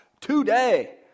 today